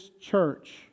church